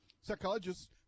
psychologists